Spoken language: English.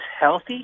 healthy